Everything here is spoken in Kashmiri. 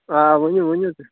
آ ؤنِو ؤنِو تُہۍ